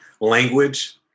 language